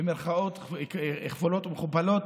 במירכאות כפולות ומכופלות,